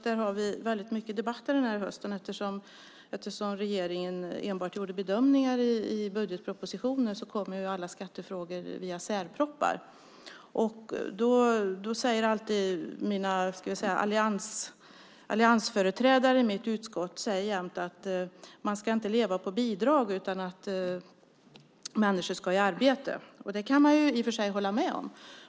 Där har vi många debatter i höst. Eftersom regeringen enbart gjorde bedömningar i budgetpropositionen kommer alla skattefrågor via särpropositioner. Alliansföreträdarna i mitt utskott säger jämt att man inte ska leva på bidrag, utan människor ska i arbete. Det kan man i och för sig hålla med om.